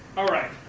alright,